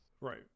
Right